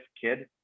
kid